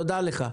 תודה לך.